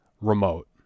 remote